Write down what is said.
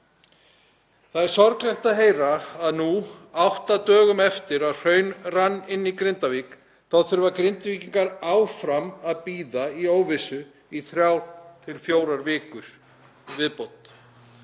Það er sorglegt að heyra að nú, átta dögum eftir að hraun rann inn í Grindavík, þurfi Grindvíkingar áfram að bíða í óvissu, í þrjár til fjórar vikur í viðbót,